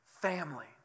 family